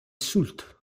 soult